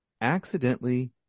Accidentally